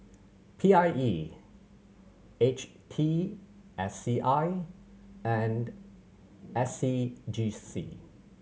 P I E H T S C I and S C G C